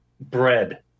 bread